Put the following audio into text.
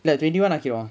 the twenty one okay [what]